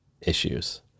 issues